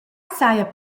saja